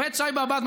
עומד שי באב"ד,